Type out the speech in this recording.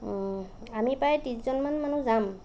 আমি প্ৰায় ত্ৰিছজন মান মানুহ যাম